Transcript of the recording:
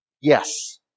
Yes